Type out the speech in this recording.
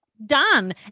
Done